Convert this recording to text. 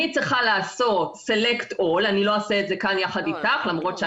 אני צריכה לעשות סלקט אול אני לא אעשה את זה כאן יחד אתך ואני